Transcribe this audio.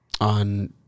on